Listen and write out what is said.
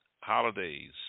holidays